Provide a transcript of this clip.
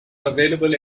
available